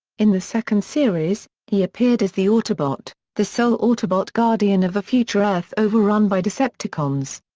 in the second series, he appeared as the autobot, the sole autobot guardian of a future earth overrun by decepticons.